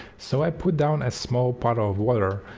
so i put down a small puddle of water,